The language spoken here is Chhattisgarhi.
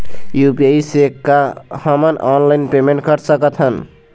यू.पी.आई से का हमन ऑनलाइन पेमेंट कर सकत हन?